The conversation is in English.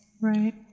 Right